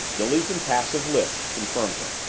billy's impassive lips confirmed him.